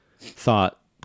thought